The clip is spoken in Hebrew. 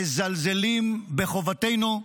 מזלזלים בחובתנו,